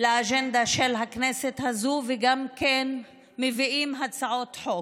לאג'נדה של הכנסת הזאת, וגם כן שנביא הצעות חוק.